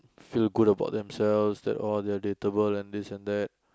feel good about themselves that oh they're date-able and this and that